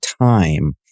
time